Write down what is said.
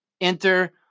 enter